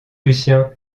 lucien